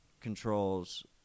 controls